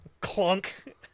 Clunk